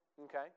Okay